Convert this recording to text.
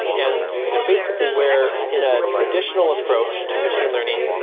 and you know basically, where in ah traditional approach to machine learning,